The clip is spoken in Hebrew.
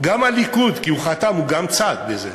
גם הליכוד, כי הוא חתם, הוא גם צד בזה,